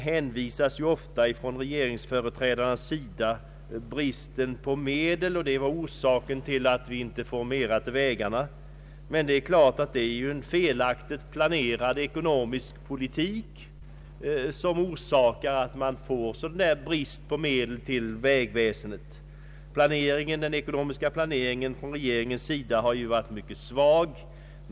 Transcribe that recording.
Företrädarna för regeringen hänvisar ofta till bristen på medel, och denna brist skulle vara orsaken till att vi inte får mera till vägarna. Men det är klart att det är en felaktigt planerad ekonomisk politik som orsakar bristen på medel till vägväsendet. Regeringens ekonomiska planering har varit Anslagen till vägväsendet mycket svag.